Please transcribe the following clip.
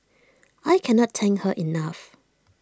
I cannot thank her enough